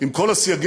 עם כל הסייגים.